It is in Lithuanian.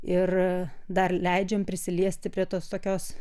ir dar leidžiam prisiliesti prie tos tokios